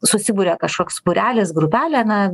susiburia kažkoks būrelis grupelė na